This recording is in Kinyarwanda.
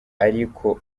ariko